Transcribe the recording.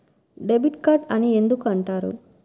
Debit card అని ఎందుకు అంటారు?